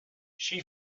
she